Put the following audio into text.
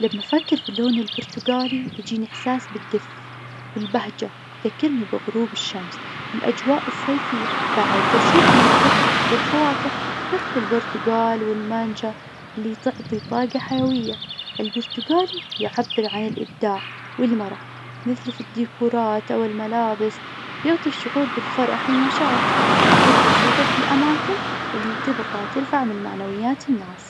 لما أفكر في اللون البرتقالي يجيني إحساس بالدف والبهجة، يذكرني بغروب الشمس والأجواء الصيفية. بعد أشوف مرتبط بالفواكه مثل البرتقال والمانجا اللي تعطي طاقة حيوية. البرتقالي يعبر عن الإبداع والمرح مثل في الديكورات والملابس. يعطي الشعور بالفرح والنشاط، وأحب أشوفه في الأماكن اللي تبغى ترفع من معنويات الناس.